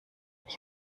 ich